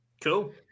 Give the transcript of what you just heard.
Cool